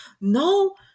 No